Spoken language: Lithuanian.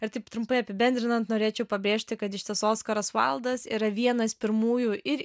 ir taip trumpai apibendrinant norėčiau pabrėžti kad iš tiesų oskaras vaildas yra vienas pirmųjų ir